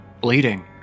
Bleeding